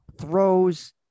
throws